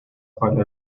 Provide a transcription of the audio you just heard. para